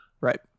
Right